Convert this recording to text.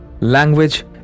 Language